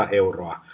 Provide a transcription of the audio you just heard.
euroa